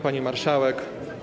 Pani Marszałek!